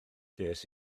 des